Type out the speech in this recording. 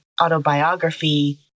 autobiography